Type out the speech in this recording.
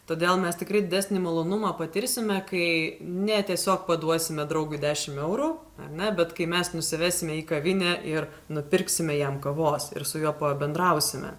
todėl mes tikrai didesnį malonumą patirsime kai ne tiesiog paduosime draugui dešim eurų na bet kai mes nusivesime į kavinę ir nupirksime jam kavos ir su juo pabendrausime